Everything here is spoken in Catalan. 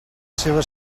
seua